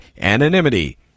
anonymity